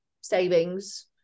savings